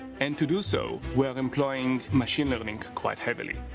and to do so, we're employing machine learning quite heavily.